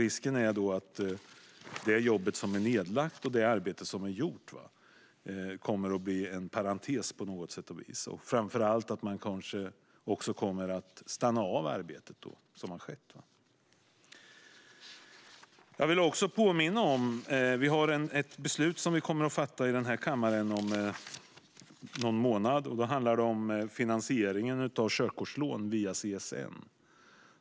Risken är då att det arbete som är nedlagt kommer att bli en parentes. Framför allt kommer arbetet kanske då att stanna av. Jag vill också påminna om att vi om någon månad ska fatta beslut i den här kammaren om finansieringen av körkortslån via CSN.